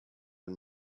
and